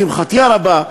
לשמחתי הרבה,